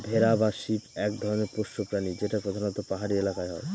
ভেড়া বা শিপ এক ধরনের পোষ্য প্রাণী যেটা প্রধানত পাহাড়ি এলাকায় হয়